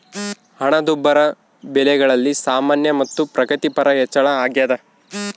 ಹಣದುಬ್ಬರ ಬೆಲೆಗಳಲ್ಲಿ ಸಾಮಾನ್ಯ ಮತ್ತು ಪ್ರಗತಿಪರ ಹೆಚ್ಚಳ ಅಗ್ಯಾದ